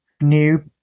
new